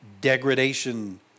degradation